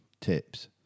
tips